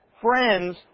Friends